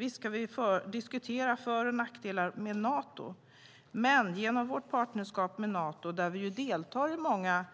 Visst kan vi diskutera för och nackdelarna med Nato, men genom vårt partnerskap med Nato, där vi ju deltar i många